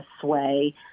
sway